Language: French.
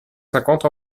cinquante